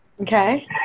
Okay